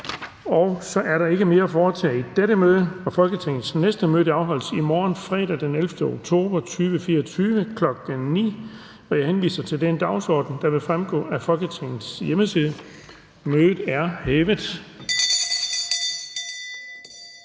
Så er der ikke mere at foretage i dette møde. Folketingets næste møde afholdes i morgen, fredag den 11. oktober 2024, kl. 9.00. Jeg henviser til den dagsorden, der vil fremgå af Folketingets hjemmeside. Mødet er hævet.